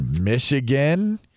Michigan